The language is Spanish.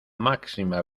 máxima